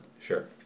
Sure